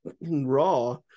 raw